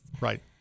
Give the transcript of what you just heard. Right